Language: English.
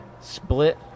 split